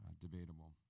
debatable